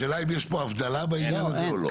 השאלה האם יש פה הבדלה בעניין הזה או לא?